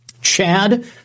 Chad